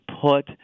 put